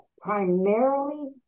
primarily